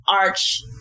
Arch